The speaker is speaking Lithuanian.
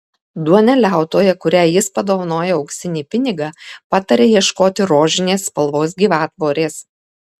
duoneliautoja kuriai jis padovanoja auksinį pinigą pataria ieškoti rožinės spalvos gyvatvorės